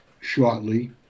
shortly